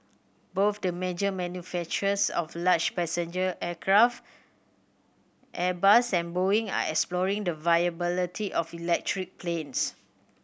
both the major manufacturers of large passenger aircraft Airbus and Boeing are exploring the viability of electric planes